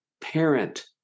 parent